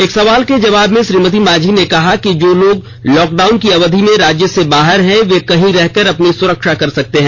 एक सवाल के जवाब में श्रीमती मांझी ने कहा कि जो लोग लॉक डाउन की अवधि में राज्य से बाहर हैं वे वहीं रहकर अपनी सुरक्षा कर सकते हैं